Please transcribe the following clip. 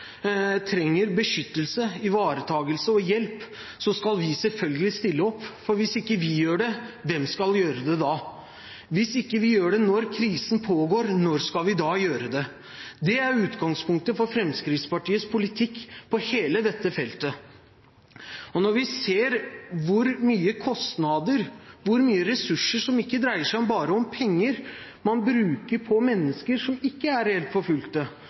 trenger beskyttelse, ivaretagelse og hjelp, skal vi selvfølgelig stille opp, for hvis ikke vi gjør det, hvem skal gjøre det da? Hvis vi ikke gjør det når krisen pågår, når skal vi da gjøre det? Det er utgangspunktet for Fremskrittspartiets politikk på hele dette feltet. Og når vi ser hvor store kostnader og ressurser – som ikke bare dreier seg om penger – man bruker på mennesker som reelt sett ikke er